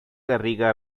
garriga